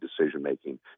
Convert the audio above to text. decision-making